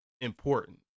important